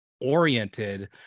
oriented